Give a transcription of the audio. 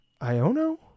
Iono